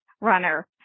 runner